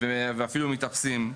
ואפילו מתאפסים.